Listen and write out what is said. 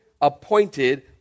appointed